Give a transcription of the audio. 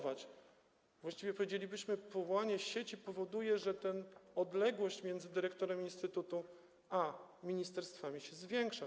Właściwie powiedzielibyśmy, że powołanie sieci powoduje, że odległość między dyrektorem instytutu a ministerstwami zwiększa się.